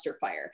fire